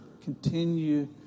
continue